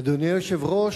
אדוני היושב-ראש,